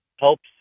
helps